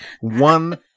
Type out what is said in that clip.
one